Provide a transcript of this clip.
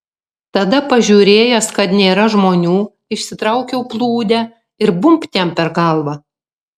tada pažiūrėjęs kad nėra žmonių išsitraukiau plūdę ir bumbt jam per galvą